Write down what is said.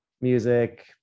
music